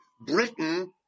Britain